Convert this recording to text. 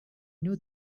new